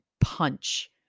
punch